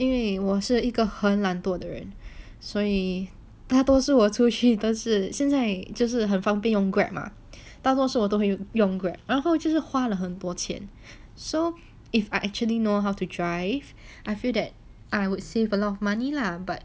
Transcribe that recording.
因为我是一个很懒惰的人所以大多数我出去但是现在就是很方便有 Grab 嘛大多数我都会用的然后就是花了很多钱 so if I actually know how to drive I feel that I would save a lot of money lah but